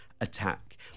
attack